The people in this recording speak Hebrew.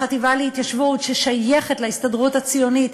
החטיבה להתיישבות, ששייכת להסתדרות הציונית,